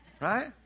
Right